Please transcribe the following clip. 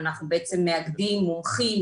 אנחנו בעצם מאגדים מומחים,